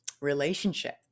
Relationship